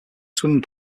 swimming